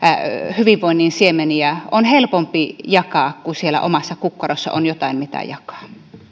hyvinvoinnin siemeniä on helpompi jakaa kun siellä omassa kukkarossa on jotain mitä jakaa